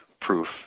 proof